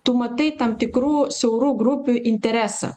tu matai tam tikrų siaurų grupių interesą